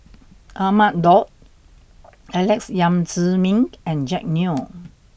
Ahmad Daud Alex Yam Ziming and Jack Neo